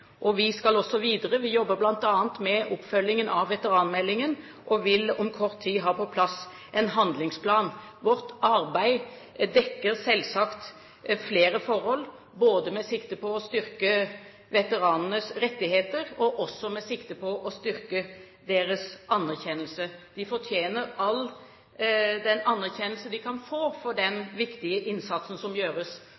Vi skal også videre. Vi jobber bl.a. med oppfølgingen av veteranmeldingen og vil om kort tid ha på plass en handlingsplan. Vårt arbeid dekker selvsagt flere forhold med sikte på både å styrke veteranenes rettigheter og deres anerkjennelse. De fortjener all den anerkjennelse de kan få for den